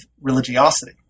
religiosity